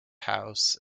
house